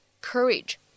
courage